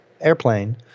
airplane